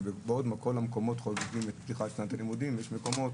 שבעוד בכל המקומות חוגגים את פתיחת שנת הלימודים יש מקומות